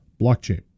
blockchain